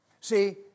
See